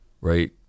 right